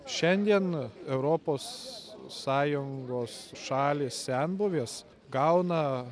šiandien europos sąjungos šalys senbuvės gauna